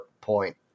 point